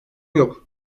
yok